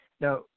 Now